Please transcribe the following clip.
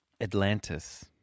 atlantis